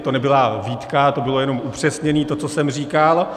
To nebyla výtka, to bylo jenom upřesnění, to, co jsem říkal.